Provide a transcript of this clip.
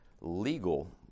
legal